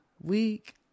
week